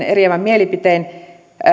eriävän mielipiteen